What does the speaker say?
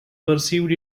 perceived